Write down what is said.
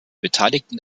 beteiligten